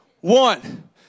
One